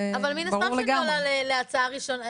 אבל מן הסתם זה עולה להצבעה ראשונה,